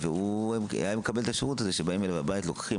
והוא היה מקבל את השירות הזה שבאים אליו הביתה,